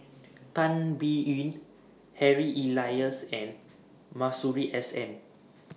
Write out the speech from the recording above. Tan Biyun Harry Elias and Masuri S N